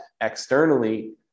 externally